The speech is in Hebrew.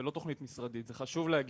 ולא תוכנית משרדית, זה חשוב להגיד.